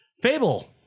Fable